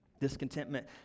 Discontentment